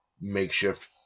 makeshift